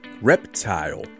Reptile